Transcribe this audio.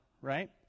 right